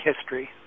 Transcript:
history